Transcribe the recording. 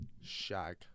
Shag